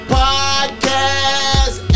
podcast